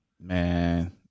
Man